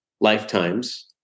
lifetimes